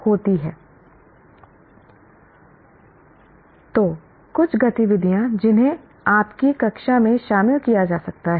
तो कुछ गतिविधियाँ जिन्हें आपकी कक्षा में शामिल किया जा सकता है